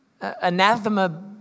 Anathema